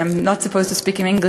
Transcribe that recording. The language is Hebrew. and I am not supposed to speak English,